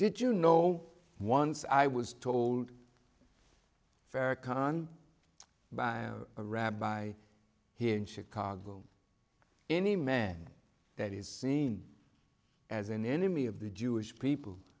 did you know once i was told farah khan by a rabbi here in chicago any man that is seen as an enemy of the jewish people